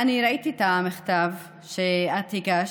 אני ראיתי את המכתב שאת הגשת,